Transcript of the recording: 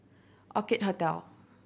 Orchid Hotel